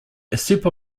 super